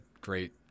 great